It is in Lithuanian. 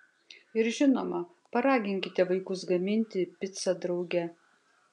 ir žinoma paraginkite vaikus gaminti picą drauge